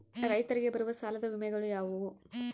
ರೈತರಿಗೆ ಬರುವ ಸಾಲದ ವಿಮೆಗಳು ಯಾವುವು?